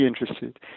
interested